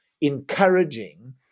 encouraging